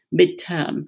midterm